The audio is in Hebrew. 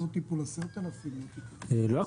לא בטיפול 10,000. לא הכול.